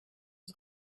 als